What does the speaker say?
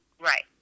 Right